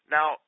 Now